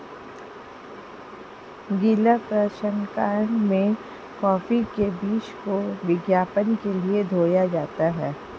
गीला प्रसंकरण में कॉफी के बीज को किण्वन के लिए धोया जाता है